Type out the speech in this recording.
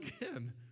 again